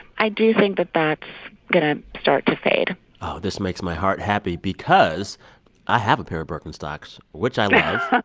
i do think that that's going to start to fade oh, this makes my heart happy because i have a pair of birkenstocks, which i love.